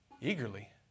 eagerly